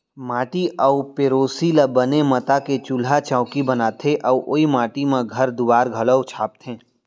माटी अउ पेरोसी ल बने मता के चूल्हा चैकी बनाथे अउ ओइ माटी म घर दुआर घलौ छाबथें